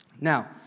Now